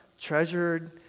treasured